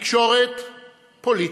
התקשורת פוליטית,